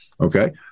Okay